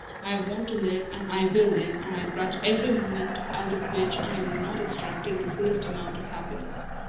i want to live, and i will live, and i grudge every moment out of which i am not extracting the fullest amount of happiness.